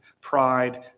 pride